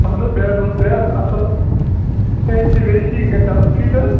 اَہَن حظ bedroom ترٛےٚ حظ اَصٕل اےٚ سی وےٚ سی یہِ گژھِ آسُن فِٹ حظ